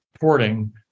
porting